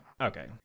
Okay